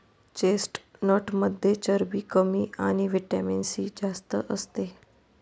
चेस्टनटमध्ये चरबी कमी आणि व्हिटॅमिन सी जास्त असते